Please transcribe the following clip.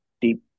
deep